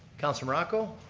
council morocco,